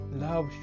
love